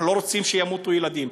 אנחנו לא רוצים שימותו ילדים,